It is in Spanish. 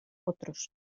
otros